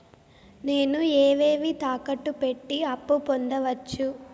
నేను ఏవేవి తాకట్టు పెట్టి అప్పు పొందవచ్చు?